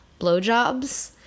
blowjobs